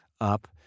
up